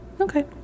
Okay